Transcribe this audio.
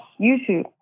YouTube